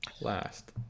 Last